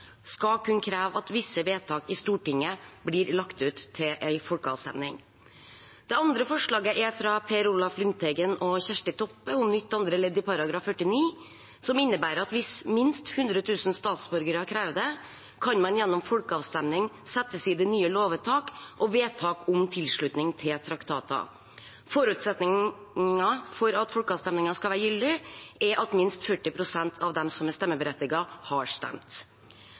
skal kunne kreve at visse vedtak i Stortinget blir lagt ut til en folkeavstemning. Det andre forslaget er fra Per Olaf Lundteigen og Kjersti Toppe om nytt andre ledd i § 49, som innebærer at hvis minst hundre tusen statsborgere krever det, kan man gjennom folkeavstemning sette til side nye lovvedtak og vedtak om tilslutning til traktater. Forutsetningen for at folkeavstemningen skal være gyldig, er at minst 40 pst. av dem som er stemmeberettiget, har stemt.